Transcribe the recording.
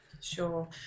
sure